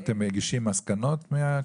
אתם מגישים מסקנות?